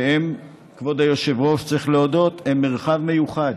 שהן, כבוד היושב-ראש, צריך להודות, הן מרחב מיוחד,